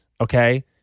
okay